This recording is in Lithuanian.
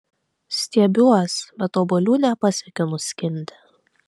stiebiuos bet obuolių nepasiekiu nuskinti